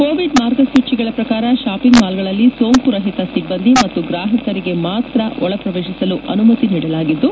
Covid ಮಾರ್ಗಸೂಚಿಗಳ ಪ್ರಕಾರ shopping ಮಾಲ್ಗಳಲ್ಲಿ ಸೋಂಕು ರಹಿತ ಸಿಬ್ಲಂದಿ ಮತ್ತು ಗ್ರಾಹಕರಿಗೆ ಮಾತ್ರ ಒಳ ಶ್ರವೇಶಿಸಲು ಅನುಮತಿ ನೀಡಲಾಗಿದ್ದು